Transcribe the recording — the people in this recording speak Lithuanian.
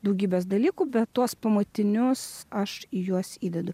daugybės dalykų bet tuos pamatinius aš į juos įdedu